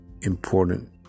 important